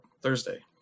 Thursday